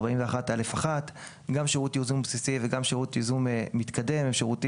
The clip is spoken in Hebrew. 41(א)(1); גם שירות ייזום בסיסי וגם שירות ייזום מתקדם הם שירותים